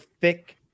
thick